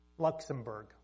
Luxembourg